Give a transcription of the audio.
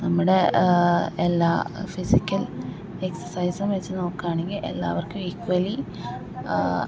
നമ്മുടെ എല്ലാ ഫിസിക്കൽ എക്സസൈസും വച്ചും നോക്കുവാണെങ്കിൽ എല്ലാവര്ക്കും ഈക്വലി